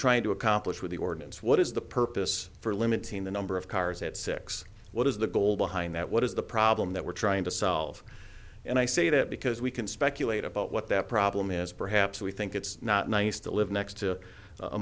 trying to accomplish with the ordinance what is the purpose for limiting the number of cars at six what is the goal behind that what is the problem that we're trying to solve and i say that because we can speculate about what that problem is perhaps we think it's not nice to live next to